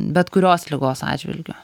bet kurios ligos atžvilgiu